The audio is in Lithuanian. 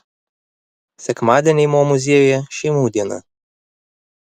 sekmadieniai mo muziejuje šeimų diena